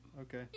Okay